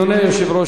אדוני היושב-ראש,